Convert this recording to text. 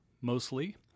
mostly